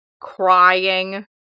crying